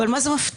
אבל מה זה מפתיע?